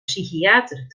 psychiater